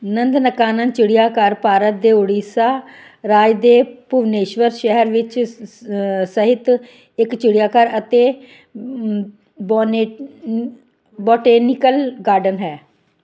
ਨੰਦਨਕਾਨਨ ਚਿੜੀਆਘਰ ਭਾਰਤ ਦੇ ਓਡੀਸ਼ਾ ਰਾਜ ਦੇ ਭੁਬਨੇਸ਼ਵਰ ਸ਼ਹਿਰ ਵਿੱਚ ਸਥਿਤ ਇੱਕ ਚਿੜੀਆਘਰ ਅਤੇ ਬੋਨੇੇਟ ਬੋਟੇਨੀਕਲ ਗਾਰਡਨ ਹੈ